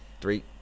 three